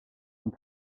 sont